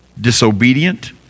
disobedient